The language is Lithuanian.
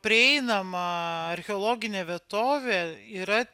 prieinama archeologinė vietovė yra